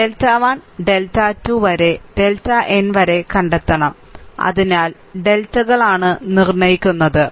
delta 1 delta 2 വരെ delta n വരെ കണ്ടെത്തണം അതിനാൽ ഡെൽറ്റകളാണ് നിർണ്ണയിക്കുന്നത്